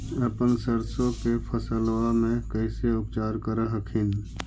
अपन सरसो के फसल्बा मे कैसे उपचार कर हखिन?